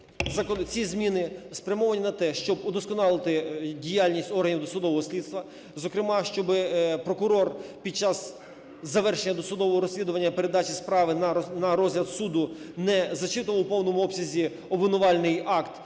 ці зміни спрямовані на те, щоб удосконалити діяльність органів досудового слідства, зокрема, щоб прокурор, під час завершення досудового розслідування, передачі справи на розгляд суду, не зачитував у повному обсязі обвинувальний акт,